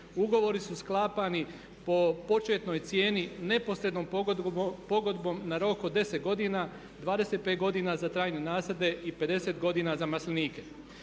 Ugovori su sklapani po početnoj cijeni neposrednom pogodbom na rok od 10 godina, 25 godina za trajne nasade i 50 godina za maslinike.